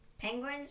penguins